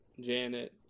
Janet